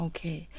Okay